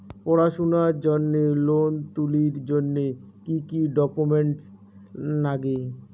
পড়াশুনার জন্যে লোন তুলির জন্যে কি কি ডকুমেন্টস নাগে?